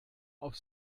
auf